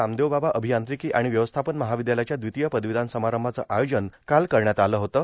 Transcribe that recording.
रामदेवबाबा र्आभयांत्रिकां र्आण व्यवस्थापन मर्हावद्यालयाच्या र्द्रावतीय पदवीदान समारंभाचं आयोजन काल करण्यात आलं होतं